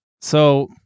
so-